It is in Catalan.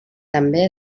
també